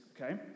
okay